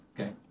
Okay